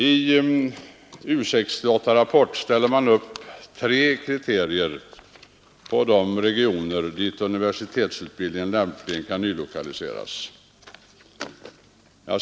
I U 68-rapporten ställer man upp tre kriterier på de regioner dit universitetsutbildningen lämpligen kan nylokaliseras. På s.